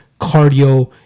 cardio